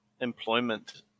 employment